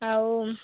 ଆଉ